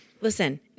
Listen